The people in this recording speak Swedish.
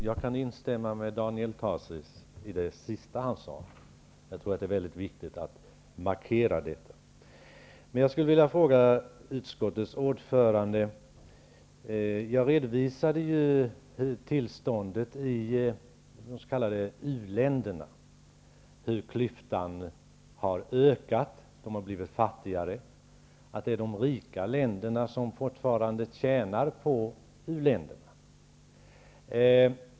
Fru talman! Jag kan instämma i det sista Daniel Tarschys sade. Det är mycket viktigt att markera detta. Jag redovisade tillståndet i de s.k. u-länderna och hur klyftan har ökat, de har blivit fattigare. De rika länderna tjänar fortfarande på u-länderna.